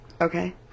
okay